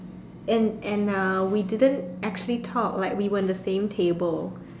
and and uh we didn't actually talk like we were in the same table